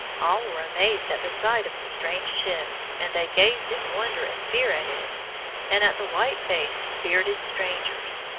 all were amazed at the sight of the strange ship, and they gazed in wonder and fear at it and at the white-faced, bearded strangers.